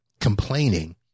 complaining